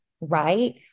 right